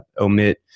omit